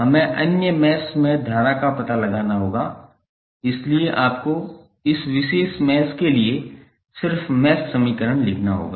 हमें अन्य मैश में धारा का पता लगाना होगा इसलिए आपको इस विशेष मैश के लिए सिर्फ मैश समीकरण लिखना होगा